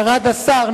ירד השר,